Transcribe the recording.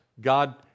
God